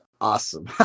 awesome